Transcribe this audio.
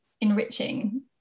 enriching